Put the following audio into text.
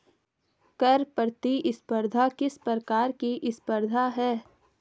कर प्रतिस्पर्धा किस प्रकार की स्पर्धा है?